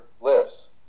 lifts